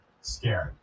scared